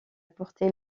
portait